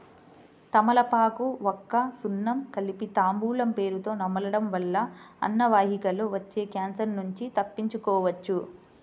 తమలపాకు, వక్క, సున్నం కలిపి తాంబూలం పేరుతొ నమలడం వల్ల అన్నవాహికలో వచ్చే క్యాన్సర్ నుంచి తప్పించుకోవచ్చు